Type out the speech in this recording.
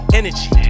energy